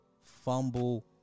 fumble